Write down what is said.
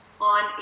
on